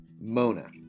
Mona